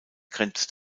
grenzt